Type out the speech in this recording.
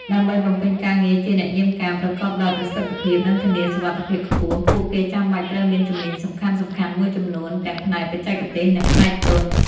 ដើម្បីបំពេញការងារជាអ្នកយាមកាមប្រកបដោយប្រសិទ្ធភាព និងធានាសុវត្ថិភាពខ្ពស់ ពួកគេចាំបាច់ត្រូវមានជំនាញសំខាន់ៗមួយចំនួនទាំងផ្នែកបច្ចេកទេស និងផ្នែកទន់។